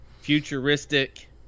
futuristic